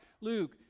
Luke